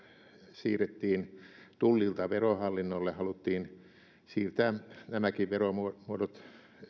siirrettiin tullilta verohallinnolle haluttiin siirtää nämäkin veromuodot